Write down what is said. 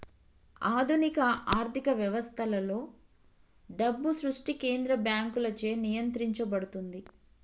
ఆధునిక ఆర్థిక వ్యవస్థలలో, డబ్బు సృష్టి కేంద్ర బ్యాంకులచే నియంత్రించబడుతుంది